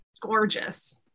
gorgeous